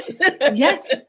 yes